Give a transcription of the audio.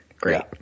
Great